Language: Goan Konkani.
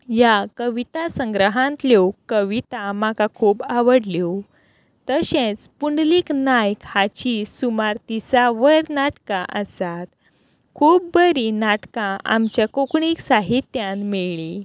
ह्या कविता संग्रहांतल्यो कविता म्हाका खूब आवडल्यो तशेंच पुंडलीक नायक हाचीं सुमार तिसां वयर नाटकां आसात खूब बरीं नाटकां आमच्या कोंकणी साहित्याक मेळ्ळीं